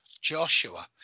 Joshua